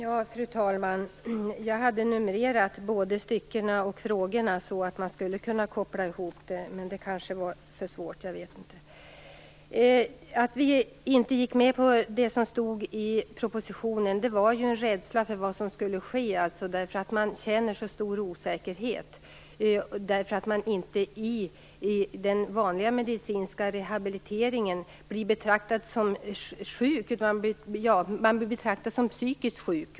Fru talman! Jag hade numrerat både styckena och frågorna så att man skulle kunna koppla ihop dem, men det var kanske för svårt. Att vi inte gick med på det som stod i propositionen berodde på en rädsla för vad som skulle ske. Man känner så stor osäkerhet, därför att man i den vanliga medicinska rehabiliteringen blir betraktad som psykiskt sjuk.